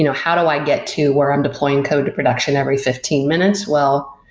you know how do i get to where i'm deploying code to production every fifteen minutes? well,